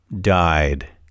died